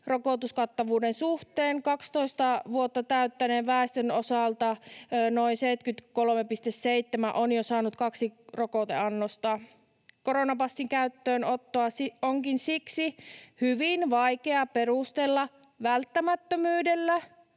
rokotuskattavuuden suhteen. 12 vuotta täyttäneen väestön osalta noin 73,7 prosenttia on jo saanut kaksi rokoteannosta. Koronapassin käyttöönottoa onkin siksi hyvin vaikea perustella välttämättömyydellä